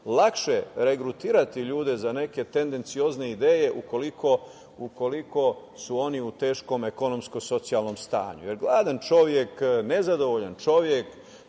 lakše regrutirati ljude za neke tendencioznije ideje ukoliko su oni u teškom ekonomsko-socijalnom stanju. Jer gladan čovek, nezadovoljan čovek,